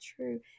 true